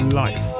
life